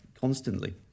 constantly